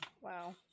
Wow